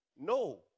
No